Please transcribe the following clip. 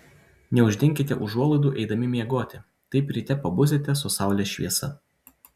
neuždenkite užuolaidų eidami miegoti taip ryte pabusite su saulės šviesa